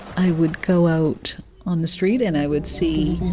i would go out on the street, and i would see